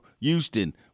Houston –